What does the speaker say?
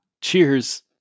Cheers